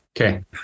Okay